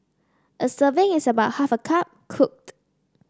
a serving is about half a cup cooked